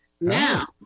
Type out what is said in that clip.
now